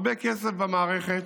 הרבה כסף במערכת.